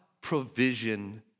provision